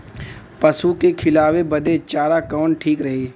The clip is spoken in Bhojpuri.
पशु के खिलावे बदे चारा कवन ठीक रही?